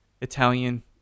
Italian